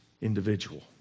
individual